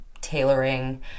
tailoring